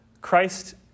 Christ